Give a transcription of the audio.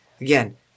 Again